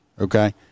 okay